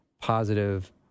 positive